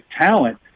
talent –